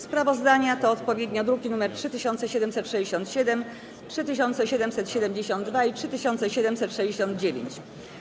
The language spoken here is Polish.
Sprawozdania to odpowiednio druki nr 3767, 3772 i 3769.